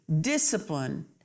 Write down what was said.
discipline